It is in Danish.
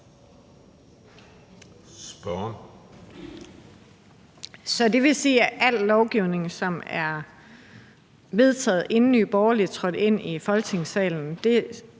Så det vil sige, at al lovgivning, som er vedtaget, inden Nye Borgerlige trådte ind i Folketingssalen,